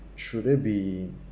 should they be